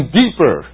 deeper